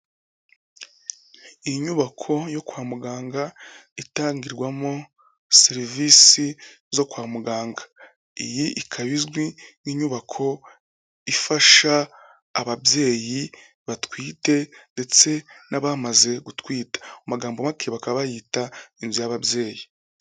Inyubako yo kwa muganga itangirwamo serivisi zo kwa muganga. Iyi ikaba izwi nk'inyubako ifasha ababyeyi batwite ndetse n'abamaze gutwita. Mu magambo make baka bayita inzu y'ababyeyi.